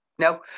no